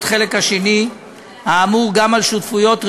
חלק ה'2 האמור גם על שותפויות רשומות,